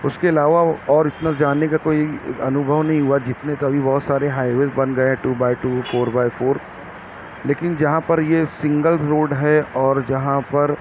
اس کے علاوہ اور اتنا جاننے کا کوئی انوبھو نہیں ہوا جتنے توی بہت سارے ہائی ویز بن گئے ہیں two by two four by four لیکن جہاں پر یہ سنگل روڈ ہے اور جہاں پر